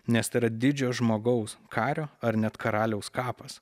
nes tai yra didžio žmogaus kario ar net karaliaus kapas